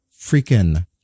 freaking